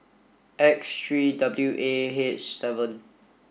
X three W A H seven